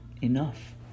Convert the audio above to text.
Enough